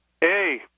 Hey